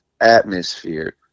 atmosphere